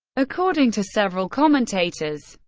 according to several commentators,